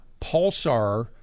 Pulsar